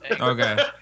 Okay